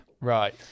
Right